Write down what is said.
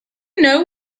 know